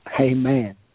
Amen